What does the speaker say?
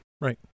Right